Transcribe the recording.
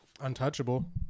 untouchable